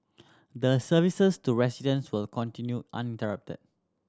the services to residents will continue uninterrupted